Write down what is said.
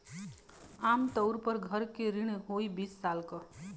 आम तउर पर घर के ऋण होइ बीस साल क